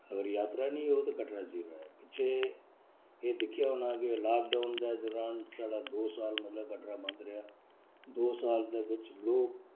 अगर जात्तरा नेईं होग ते कटरा जीरो ऐ पिच्छै एह् दिक्खेआ होना के लाक डाउन दे दरान साढ़ा दो साल मतलब कटरा बंद रेहा दो साल दे बिच्च लोक